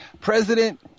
President